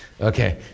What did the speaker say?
okay